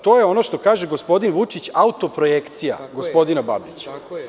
To je ono, što kaže gospodin Vučić – autoprojekcija gospodina Babića.